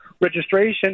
registration